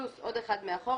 פלוס עוד אחד מאחורה,